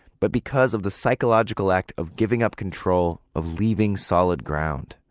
but because of the psychological act of giving up control, of leaving solid ground.